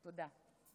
תודה.